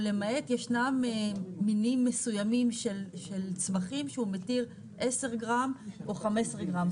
ישנם מינים מסוימים של צמחים שבהם הוא מתיר 10 גרם או 15 גרם.